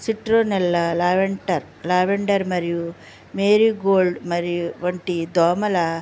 citronella lavender lavender మరియు marigold మరియు వంటి దోమల